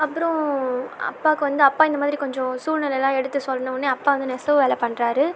அப்புறம் அப்பாவுக்கு வந்து அப்பா இந்தமாதிரி கொஞ்சம் சூல்நிலைலாம் எடுத்து சொன்னவுடனே அப்பா வந்து நெசவு வேலை பண்ணுறாரு